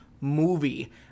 movie